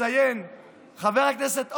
חבר הכנסת אורבך,